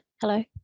Hello